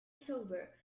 sober